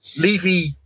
Levy